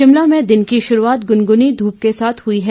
शिमला में दिन की शुरूआत गुनगुनी धूप के साथ हुई है